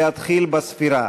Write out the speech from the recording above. להתחיל בספירה.